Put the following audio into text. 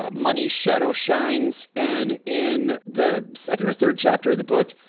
ah money shadow shines. and in the second or third chapter of the book,